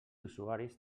usuaris